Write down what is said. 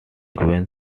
from